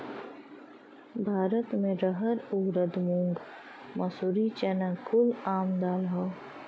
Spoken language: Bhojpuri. भारत मे रहर ऊरद मूंग मसूरी चना कुल आम दाल हौ